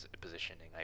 positioning